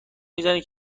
میزنه